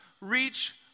reach